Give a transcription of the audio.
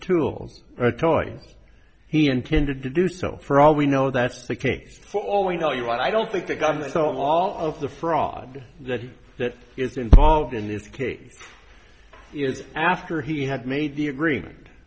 tool toys he intended to do so for all we know that's the case for all we know you and i don't think the government saw all of the fraud that he that is involved in this case is after he had made the agreement